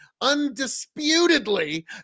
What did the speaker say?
undisputedly